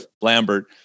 Lambert